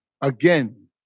Again